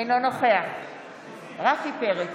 אינו נוכח רפי פרץ,